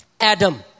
Adam